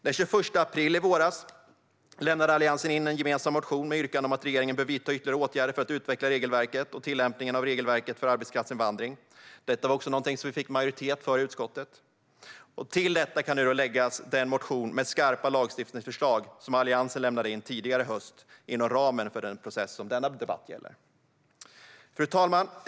Den 21 april i våras lämnade Alliansen in en gemensam motion med yrkande om att regeringen bör vidta ytterligare åtgärder för att utveckla regelverket och tillämpningen av regelverket för arbetskraftsinvandring. Detta var också någonting som vi fick majoritet för i utskottet. Till detta kan nu läggas den motion med skarpa lagstiftningsförslag som Alliansen lämnade in tidigare under hösten inom ramen för den process som denna debatt gäller. Fru talman!